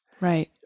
Right